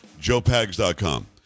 JoePags.com